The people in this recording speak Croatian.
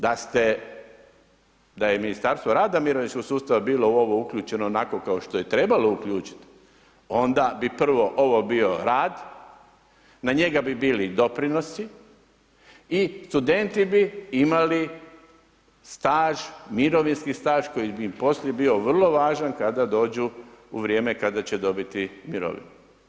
Da je Ministarstvo rada i mirovinskog sustava bilo u ovo uključeno onako kao što je trebalo uključiti onda bi prvo ovo bio rad, na njega bi bili doprinosi i studenti bi imali staž, mirovinski staž koji bi im poslije bio vrlo važan kada dođu u vrijeme kada će dobiti mirovinu.